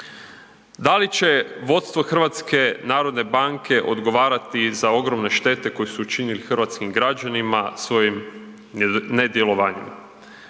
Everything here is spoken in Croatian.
Da li će vodstvo HNB-a odgovarati za ogromne štete koje su učinili hrvatskim građanima svojim nedjelovanjem?